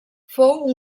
fou